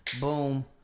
Boom